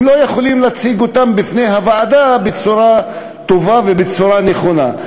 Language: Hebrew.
הם לא יכולים להציג אותן בפני הוועדה בצורה טובה ובצורה נכונה.